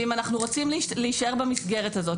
ואם אנחנו רוצים להישאר במסגרת הזאת,